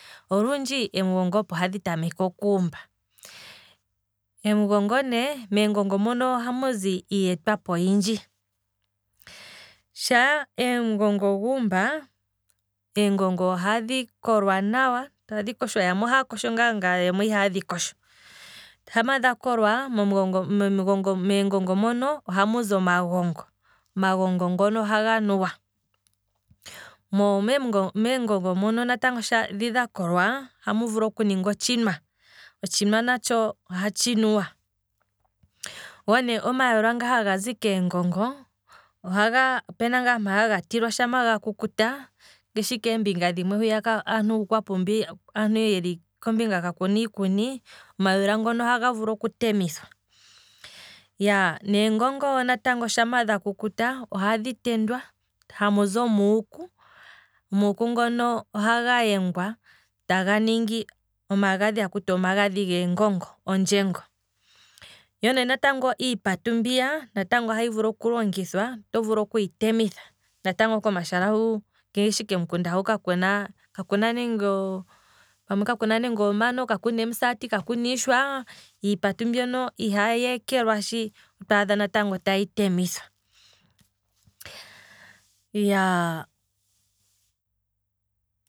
Olundji em'gongo opo hadhi tameke okuumba, meengongo mono ohamuzi iiyetwapo oyindji, shaa omugongo guumba, eengongo ohadhi kolwa nawa, tadhi koshwa, yamwe ohaye dhi kosho ngaa yamwe ihaye dhi kosho, shampa dhakolwa. mem'gongo mono ohamuzi omagongo, go omagongo ngono ohaga nuwa, mo meengongo mono natango dhi dha kolwa ohamu vulu okuningwa otshinwa, otshinwa natsho ohatshi nuwa, go nee omayula nga hazi kee kongo opena ngaa mpaga tulwa, shampa ga kukuta, ngashi keembinga hoka kuna aantu ya kakuna iikuni, omayula ngono ohaga vulu oku temithwa, neengongo ne shampa dhakukuta ohadhi tendwa, hamuzi omuuku, omahuku ne ngono ohaga yengwa, taga ningi omagadhi haku tiwa omagadhi geengongo ''ondjengo'', yo nee natango iipatu mbiya ohayi vulu oku temithwa, natango komashala hu. ngeeshi kemikunda hu kakauna nenge omano, kakuna nenge omisati. kakuna nenge omano kakuna iishwa, iipatu mbyono otwaadha tayi temithwa, iyaaaa